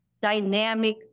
dynamic